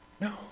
No